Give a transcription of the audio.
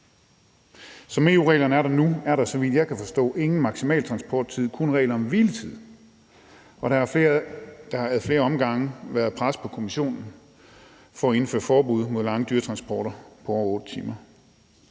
Som EU-reglerne er nu, er der, så vidt jeg kan forstå, ingen maksimal transporttid, men kun regler om hviletid. Der har ad flere omgange været pres på Kommissionen for at indføre forbud mod lange dyretransporter på over 8 timer,